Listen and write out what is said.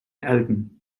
alton